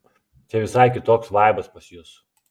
čia visai kitoks vaibas pas jus